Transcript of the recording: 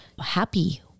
happy